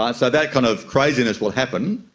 um so that kind of craziness will happen,